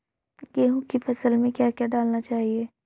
गेहूँ की फसल में क्या क्या डालना चाहिए?